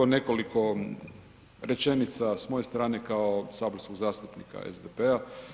Evo nekoliko rečenica sa moje strane kao saborskog zastupnika SDP-a.